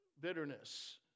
bitterness